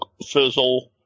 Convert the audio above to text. fizzle